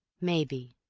maybe,